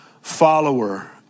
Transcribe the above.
follower